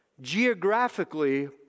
Geographically